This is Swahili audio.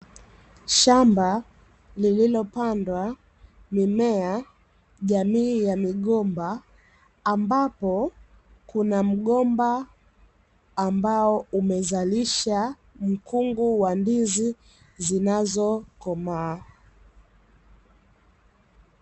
Shamba lililopandwa mimea jamii ya migomba, ambapo kuna mgomba ambao umezalisha, mkungu wa ndizi zinazokomaa.